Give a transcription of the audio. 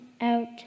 out